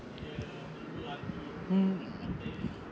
hmm